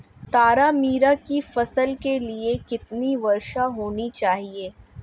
तारामीरा की फसल के लिए कितनी वर्षा होनी चाहिए?